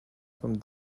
from